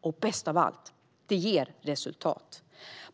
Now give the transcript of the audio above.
Och bäst av allt - det ger resultat.